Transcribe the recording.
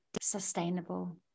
sustainable